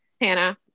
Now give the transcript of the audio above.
Hannah